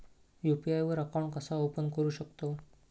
UPI वर account कसा open करू शकतव?